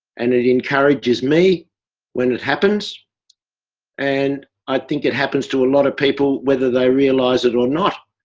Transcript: and it encourages me when it happens and i think it happens to a lot of people, whether they realise it or not